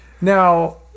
Now